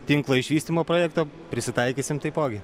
tinklo išvystymo projekto prisitaikysim taipogi